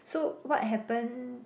so what happen